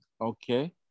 okay